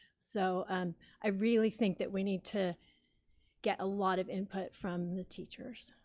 so i really think that we need to get a lot of input from the teachers.